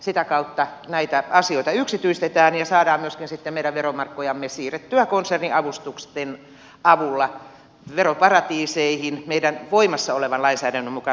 sitä kautta näitä asioita yksityistetään ja saadaan myöskin sitten meidän veromarkkojamme siirrettyä konserniavustusten avulla veroparatiiseihin meidän voimassa olevan lainsäädäntömme mukaan